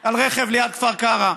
על רכב ליד כפר קרע,